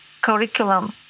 curriculum